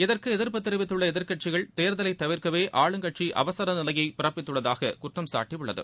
இதற்கு எதிர்ப்பு தெரிவித்துள்ள எதிர்க்கட்சிகள் தேர்தலை தவிர்க்கவே ஆளுங்கட்சி அவசர நிலையை பிறப்பித்துள்ளதாக குற்றம்சாட்டியுள்ளது